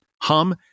Hum